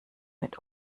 mit